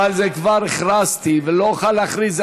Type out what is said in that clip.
על זה כבר הכרזתי, ולא אוכל להכריז.